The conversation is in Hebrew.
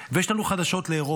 ויש לנו חדשות לאירופה: